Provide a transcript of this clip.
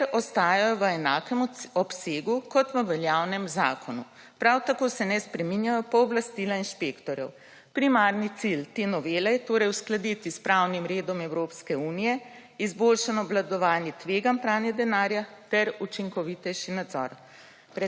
ter ostajajo v enakem obsegu kot v veljavnem zakonu. Prav tako se ne spreminjajo pooblastila inšpektorjev. Primarni cilj te novele je torej uskladitev s pravnim redom Evropske unije, izboljšano obvladovanje tveganj pranja denarja ter učinkovitejši nadzor.